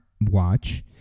Watch